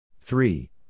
Three